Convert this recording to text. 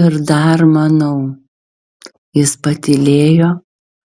ir dar manau jis patylėjo